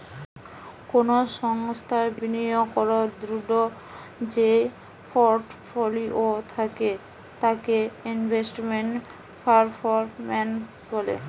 কোনো সংস্থার বিনিয়োগ করাদূঢ় যেই পোর্টফোলিও থাকে তাকে ইনভেস্টমেন্ট পারফরম্যান্স বলে